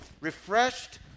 refreshed